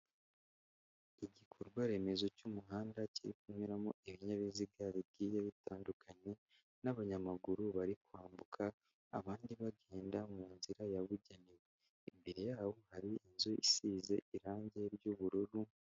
Igikorwa remezo cy'umuhanda kiri kunyuramo ibinyabiziga bigiye bitandukanye n'abanyamaguru bari kwambuka, abandi bagenda mu nzira yabugenewe. Imbere yabo hari inzu isize irangi ry'ubururu...